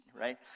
right